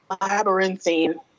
labyrinthine